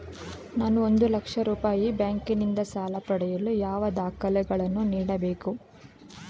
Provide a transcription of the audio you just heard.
ನಾನು ಒಂದು ಲಕ್ಷ ರೂಪಾಯಿ ಬ್ಯಾಂಕಿನಿಂದ ಸಾಲ ಪಡೆಯಲು ಯಾವ ದಾಖಲೆಗಳನ್ನು ನೀಡಬೇಕು?